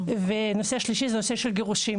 נושא שלישי הוא של גירושים.